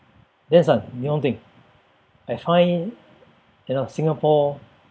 dan san nihon thing I find you know Singapore